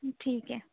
ٹھیک ہے